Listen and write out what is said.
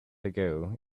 ago